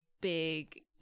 big